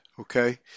okay